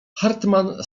hartmann